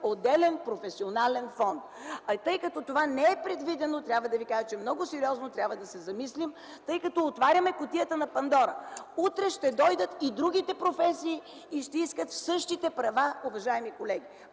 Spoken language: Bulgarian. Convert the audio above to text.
отделен професионален фонд. Тъй като това не е предвидено, трябва да ви кажа, че много сериозно трябва да се замислим, тъй като отваряме Кутията на Пандора. Утре ще дойдат и другите професии и ще искат същите права, уважаеми колеги.